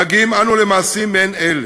אנו מגיעים למעשים מעין אלה.